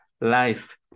life